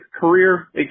career